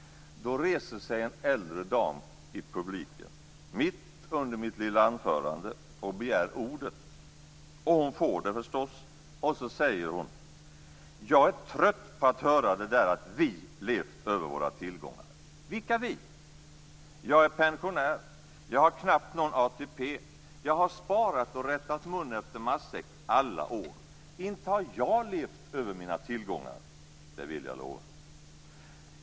Då reser sig en äldre dam i publiken, mitt under mitt lilla anförande, och begär ordet. Hon får det förstås, och så säger hon: Jag är trött på att höra det där att vi levt över våra tillgångar. Vilka vi? Jag är pensionär. Jag har knappt någon ATP. Jag har sparat och rättat mun efter matsäck i alla år. Inte har jag levt över mina tillgångar, det vill jag lova.